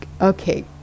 okay